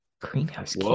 Greenhouse